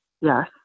yes